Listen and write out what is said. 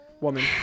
woman